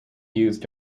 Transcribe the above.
used